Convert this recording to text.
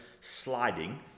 sliding